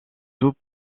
tout